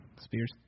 Spears